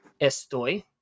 estoy